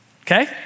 okay